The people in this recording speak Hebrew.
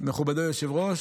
מכובדי היושב-ראש?